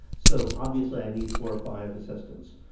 so obviously i need four or five assistants.